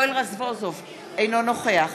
אינו נוכח